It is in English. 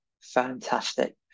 fantastic